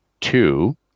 Two